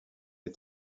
est